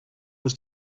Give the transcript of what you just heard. was